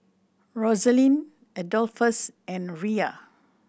Rosaline Adolphus and Riya